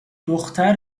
دختر